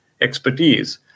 expertise